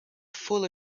fully